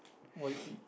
Y P